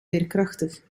veerkrachtig